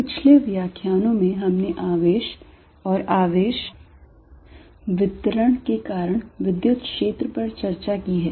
पिछले व्याख्यानों में हमने आवेश और आवेश वितरण के कारण विद्युत् क्षेत्र पर चर्चा की है